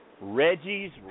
Reggie's